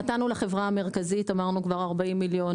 נתנו לחברה המרכזית 40 מיליון,